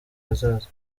hazaza